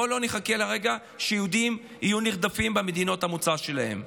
בוא לא נחכה לרגע שיהודים יהיו נרדפים במדינות המוצא שלהם.